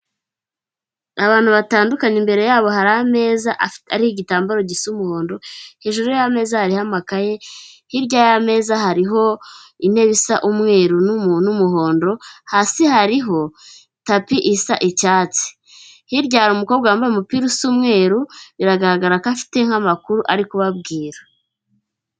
Abantu batandukanye imbere yabo hari ameza ariho igitambaro gisa umuhondo, hejuru y'ameza hariho amakaye, hirya y'ameza hariho intebe isa umweru n'umuhondo, hasi hariho tapi isa icyatsi. Hirya hari umukobwa wambaye umupira usa umweru biragaragara ko afite nk'amakuru ari kubabwira.